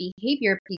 behavior